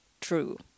true